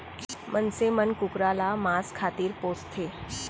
मनसे मन कुकरा ल मांस खातिर पोसथें